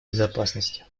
безопасности